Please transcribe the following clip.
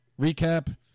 recap